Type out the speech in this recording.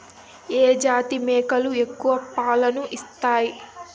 ఏ జాతి మేకలు ఎక్కువ పాలను ఇస్తాయి?